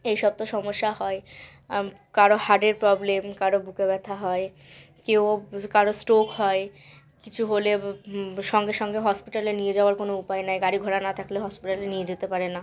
এই সব তো সমস্যা হয় কারোর হারের প্রব্লেম কারোর বুকে ব্যথা হয় কেউ কারোর স্ট্রোক হয় কিছু হলে সঙ্গে সঙ্গে হসপিটালে নিয়ে যাওয়ার কোনো উপায় নাই গাড়ি ঘোড়া না থাকলে হসপিটালে নিয়ে যেতে পারে না